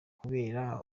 kubera